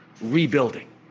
rebuilding